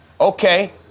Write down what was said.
okay